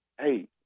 Hey